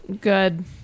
Good